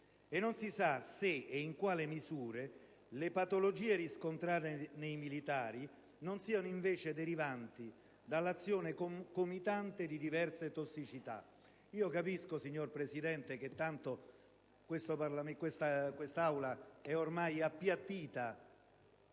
non si sa se ed in quale misura le patologie riscontrate nei militari non siano invece derivanti dall'azione concomitante di diverse tossicità. *(Brusìo).* Io capisco, signor Presidente, che ormai quest'Aula è appiattita